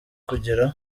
kugira